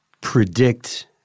predict